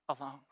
alone